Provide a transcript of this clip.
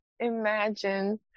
Imagine